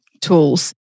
tools